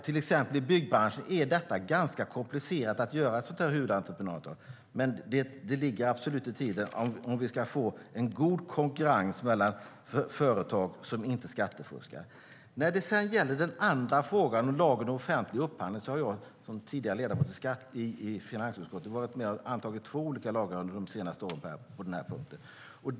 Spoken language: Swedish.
Till exempel i byggbranschen är det ganska komplicerat att göra huvudentreprenörsavtal, men det ligger absolut i tiden om vi ska få god konkurrens mellan företag som inte skattefuskar. När det gäller den andra frågan om lagen om offentlig upphandling har jag som tidigare ledamot i finansutskottet varit med och antagit två olika lagar under de senaste åren på den punkten.